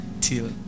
till